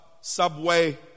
subway